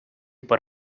por